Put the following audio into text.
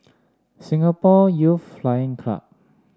Singapore Youth Flying Club